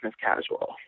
casual